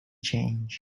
change